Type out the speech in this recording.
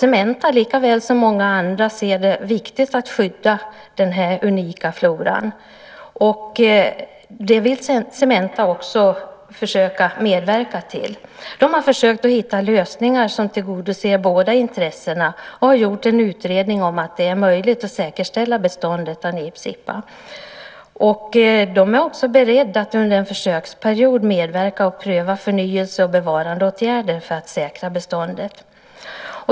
Cementa, likaväl som många andra, ser det som viktigt att skydda denna unika flora och vill också försöka medverka till det. Man har försökt hitta lösningar som tillgodoser båda intressena och har gjort en utredning som visar att det är möjligt att säkerställa beståndet av nipsippa. Man är också beredd att under en försöksperiod pröva förnyelse och bevarandeåtgärder för att säkra beståndet.